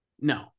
No